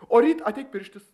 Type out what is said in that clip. o ryt ateik pirštis